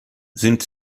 sind